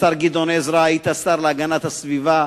השר גדעון עזרא, היית שר להגנת הסביבה,